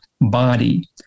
body